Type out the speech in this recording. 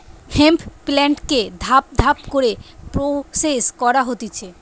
hemp প্লান্টকে ধাপ ধাপ করে প্রসেস করা হতিছে